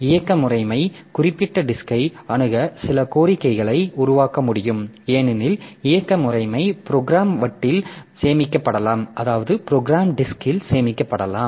இயக்க முறைமை குறிப்பிட்ட டிஸ்கை அணுக சில கோரிக்கைகளை உருவாக்க முடியும் ஏனெனில் இயக்க முறைமை ப்ரோக்ராம் வட்டில் சேமிக்கப்படலாம்